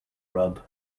rub